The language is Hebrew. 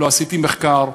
לא עשיתי מחקר.